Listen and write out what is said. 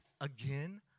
Again